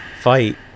fight